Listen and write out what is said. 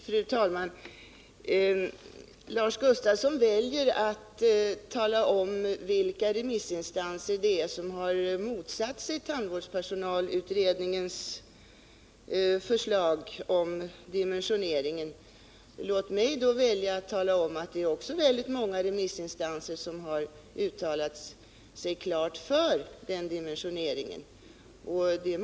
Fru talman! Lars Gustafsson väljer att tala om vilka remissinstanser som har motsatt sig tandvårdspersonalutredningens förslag om dimensioneringen. Låt mig då välja att tala om att det också är väldigt många remissinstanser som har uttalat sig klart för den dimensioneringen.